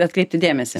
atkreipti dėmesį